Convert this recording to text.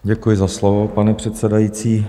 Děkuji za slovo, pane předsedající.